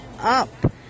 up